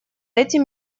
этим